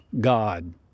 God